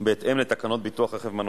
התעריפים הגבוהים כאמור נוצר קושי למשתמשים